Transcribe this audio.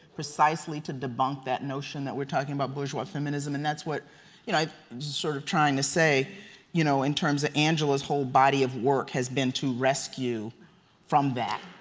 precisely, to debunk that notion that we're talking about bourgeois feminism and that's what i'm sort of trying to say you know in terms of angela's whole body of work has been to rescue from that.